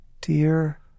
dear